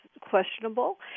questionable